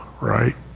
right